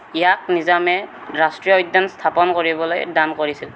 ইয়াক নিজামে ৰাষ্ট্ৰীয় উদ্যান স্থাপন কৰিবলৈ দান কৰিছিল